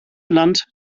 land